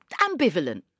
ambivalent